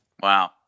Wow